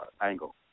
angle